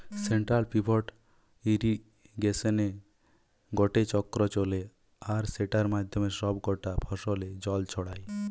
central pivot ইর্রিগেশনে গটে চক্র চলে আর সেটার মাধ্যমে সব কটা ফসলে জল ছড়ায়